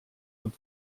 wird